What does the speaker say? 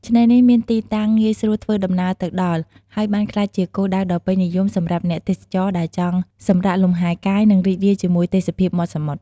ឆ្នេរនេះមានទីតាំងងាយស្រួលធ្វើដំណើរទៅដល់ ហើយបានក្លាយជាគោលដៅដ៏ពេញនិយមសម្រាប់អ្នកទេសចរដែលចង់សម្រាកលម្ហែកាយ និងរីករាយជាមួយទេសភាពមាត់សមុទ្រ។